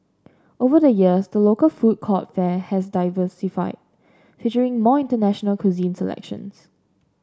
over the years the local food court fare has diversified featuring more international cuisine selections